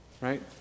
right